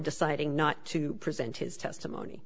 deciding not to present his testimony